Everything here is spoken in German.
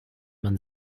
man